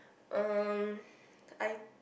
um I